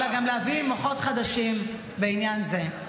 אלא גם להביא מוחות חדשים בעניין זה.